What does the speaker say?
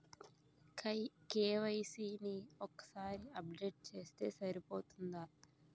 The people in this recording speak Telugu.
కే.వై.సీ ని ఒక్కసారి అప్డేట్ చేస్తే సరిపోతుందా?